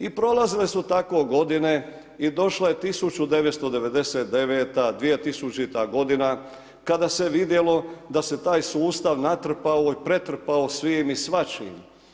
I prolazile su tako godine i došla je 1999., 2000.-ta godina kada se vidjelo da se taj sustav natrpao i pretrpao svime i svačim.